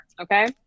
Okay